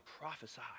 prophesy